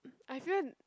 I feel